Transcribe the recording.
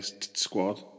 squad